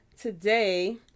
today